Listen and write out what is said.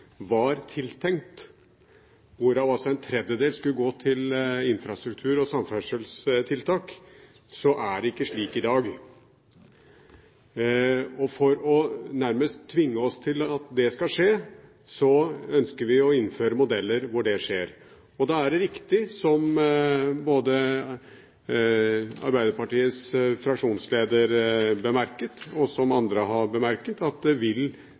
var tiltenkt, hvorav altså en tredjedel skulle gå til infrastruktur og samferdselstiltak, er det ikke slik i dag. Nærmest for å tvinge oss til at det skal skje, ønsker vi å innføre modeller hvor det skjer. Da er det riktig som Arbeiderpartiets fraksjonsleder bemerket, og som andre har bemerket, at det selvfølgelig vil